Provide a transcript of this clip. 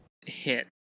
hit